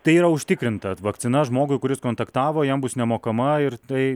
tai yra užtikrinta vakcina žmogui kuris kontaktavo jam bus nemokama ir tai